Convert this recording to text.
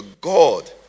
God